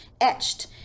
etched